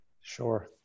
Sure